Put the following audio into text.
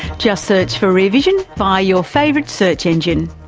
just search for rear vision via your favourite search engine.